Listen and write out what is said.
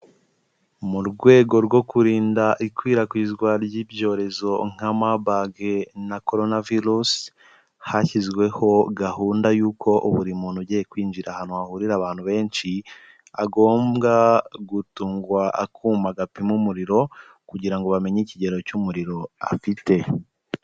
Mu rwego rwo kurinda ikwirakwizwa ry'ibyorezo nka Murburg na Corona virus, hashyizweho gahunda yuko buri muntu ugiye kwinjira ahantu hahurira abantu benshi, agombwa gutungwa akuma gapima umuriro kugira ngo bamenye ikigero cy'umuriro afite.